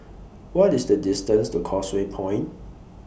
What IS The distance to Causeway Point